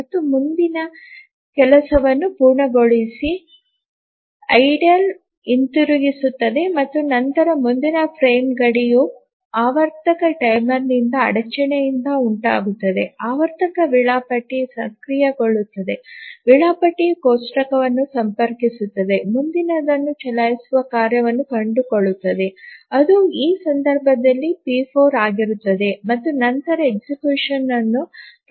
ಮತ್ತು ಮುಂಚಿನ ಕೆಲಸವನ್ನು ಪೂರ್ಣಗೊಳಿಸಿ ನಿಷ್ಫಲವಾಗಿ ಹಿಂದಿರುಗಿಸುತ್ತದೆ ಮತ್ತು ನಂತರ ಮುಂದಿನ ಫ್ರೇಮ್ ಗಡಿಯು ಆವರ್ತಕ ಟೈಮರ್ನಿಂದ ಅಡಚಣೆಯಿಂದ ಉಂಟಾಗುತ್ತದೆ ಆವರ್ತಕ ವೇಳಾಪಟ್ಟಿ ಸಕ್ರಿಯಗೊಳ್ಳುತ್ತದೆ ವೇಳಾಪಟ್ಟಿ ಕೋಷ್ಟಕವನ್ನು ಸಂಪರ್ಕಿಸುತ್ತದೆ ಮುಂದಿನದನ್ನು ಚಲಾಯಿಸುವ ಕಾರ್ಯವನ್ನು ಕಂಡುಕೊಳ್ಳುತ್ತದೆ ಅದು ಈ ಸಂದರ್ಭದಲ್ಲಿ p4 ಆಗಿರುತ್ತದೆ ಮತ್ತು ನಂತರ executionಯನ್ನು ಪ್ರಾರಂಭಿಸುತ್ತದೆ